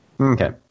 Okay